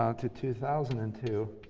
um to two thousand and two,